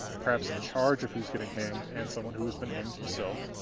perhaps in charge of who's getting hanged, and someone who has been hanged himself.